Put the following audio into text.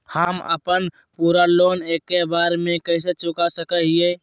हम अपन पूरा लोन एके बार में कैसे चुका सकई हियई?